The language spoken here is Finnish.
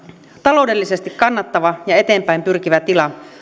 taloudellisesti kannattava ja eteenpäin pyrkivä tila